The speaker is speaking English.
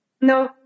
No